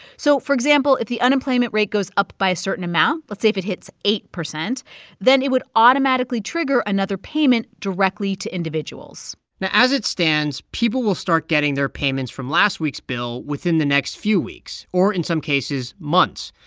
so for example, if the unemployment rate goes up by a certain amount let's say if it hits eight percent then it would automatically trigger another payment directly to individuals now, as it stands, people will start getting their payments from last week's bill within the next few weeks or, in some cases, months.